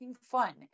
fun